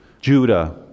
Judah